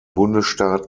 bundesstaat